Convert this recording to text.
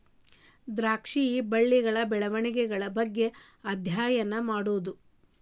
ದ್ರಾಕ್ಷಿ ಬಳ್ಳಿಗಳ ಬೆಳೆವಣಿಗೆಗಳ ಬಗ್ಗೆ ಅದ್ಯಯನಾ ಮಾಡುದು